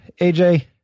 AJ